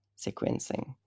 sequencing